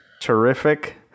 terrific